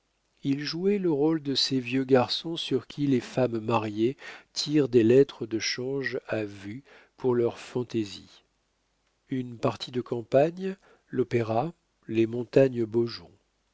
il jouait le rôle de ces vieux garçons sur qui les femmes mariées tirent des lettres de change à vue pour leurs fantaisies une partie de campagne l'opéra les montagnes beaujon